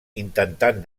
intentant